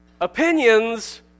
Opinions